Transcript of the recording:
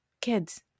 kids